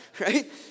right